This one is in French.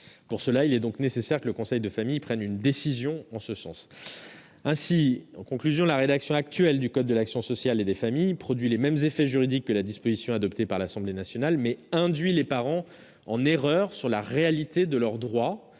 Pour cela, il est nécessaire que le conseil de famille prenne une décision en ce sens. En conclusion, la rédaction actuelle du code de l'action sociale et des familles produit les mêmes effets juridiques que la disposition adoptée par l'Assemblée nationale, mais induit les parents en erreur sur la réalité de leurs droits